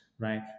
Right